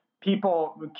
people